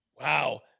Wow